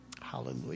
hallelujah